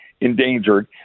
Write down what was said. endangered